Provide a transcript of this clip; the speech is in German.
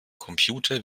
computer